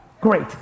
Great